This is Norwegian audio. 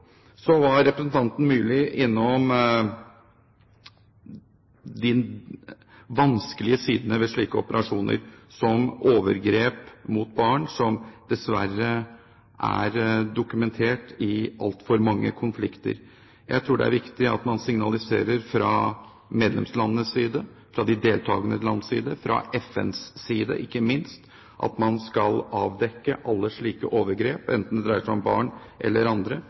Så var representanten Myrli innom de vanskelige sidene ved slike operasjoner, som overgrep mot barn, som dessverre er dokumentert i altfor mange konflikter. Jeg tror det er viktig at man signaliserer fra medlemslandenes side, fra de deltakende lands side, og fra FNs side ikke minst, at man skal avdekke alle slike overgrep, enten det dreier seg om barn eller andre.